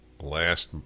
Last